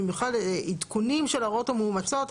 במיוחד עדכונים של ההוראות המאומצות,